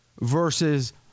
versus